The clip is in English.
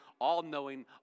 all-knowing